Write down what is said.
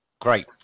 Great